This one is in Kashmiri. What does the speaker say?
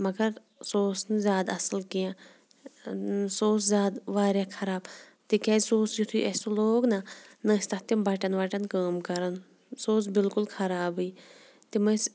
مگر سُہ اوس نہٕ زیادٕ اَصٕل کینٛہہ سُہ اوس زیادٕ واریاہ خراب تِکیٛازِ سُہ اوس یُتھُے اَسہِ سُہ لوگ نہ نہ ٲسۍ تَتھ تِم بَٹَن وَٹَن کٲم کَران سُہ اوس بالکل خرابٕے تِم ٲسۍ